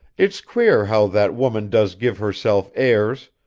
it's queer how that woman does give herself airs,